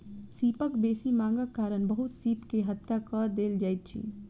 सीपक बेसी मांगक कारण बहुत सीप के हत्या कय देल जाइत अछि